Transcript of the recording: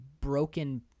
broken